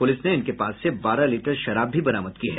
police ने उनके पास से बारह लीटर शराब भी बरामद किया है